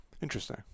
interesting